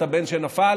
את הבן שנפל,